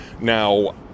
Now